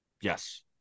Yes